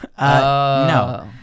No